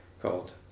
called